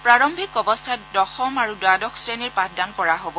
প্ৰৰাম্ভিক অৱস্থাত দশম আৰু দ্বাদশ শ্ৰেণীৰ পাঠদান কৰা হব